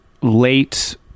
late